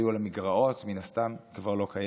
היו לה מגרעות מן הסתם, היא כבר לא קיימת,